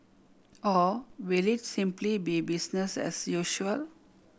or will it simply be business as usual